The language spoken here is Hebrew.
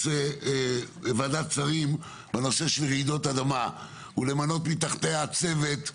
ועדת שרים בנושא של רעידות אדמה ולמנות מתחתיה צוות מקצועי.